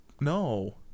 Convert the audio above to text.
No